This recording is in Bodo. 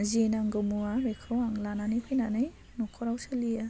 जि नांगौ मुवा बेखौ आं लानानै फैनानै न'खराव सोलियो